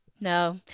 No